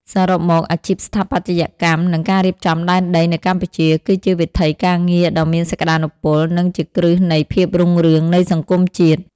សរុបមក អាជីពស្ថាបត្យកម្ម និងការរៀបចំដែនដីនៅកម្ពុជា គឺជាវិថីការងារដ៏មានសក្ដានុពល និងជាគ្រឹះនៃភាពរុងរឿងនៃសង្គមជាតិ។